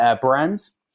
brands